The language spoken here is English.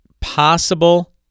possible